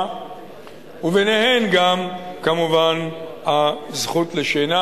וביניהן גם כמובן הזכות לשינה.